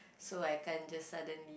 so I can't just suddenly